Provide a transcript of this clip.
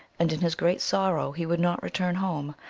and in his great sorrow he would not return home,